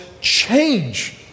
change